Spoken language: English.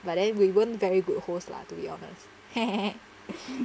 but then we weren't very good host lah to be honest ha ha ha